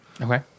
Okay